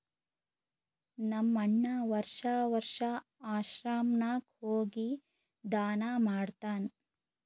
ನಮ್ ಅಣ್ಣಾ ವರ್ಷಾ ವರ್ಷಾ ಆಶ್ರಮ ನಾಗ್ ಹೋಗಿ ದಾನಾ ಮಾಡ್ತಾನ್